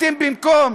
אתם, במקום